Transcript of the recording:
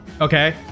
Okay